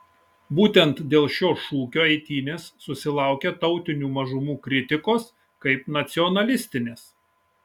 būtent dėl šio šūkio eitynės susilaukia tautinių mažumų kritikos kaip nacionalistinės